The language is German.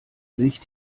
sich